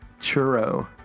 churro